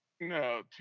No